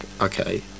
Okay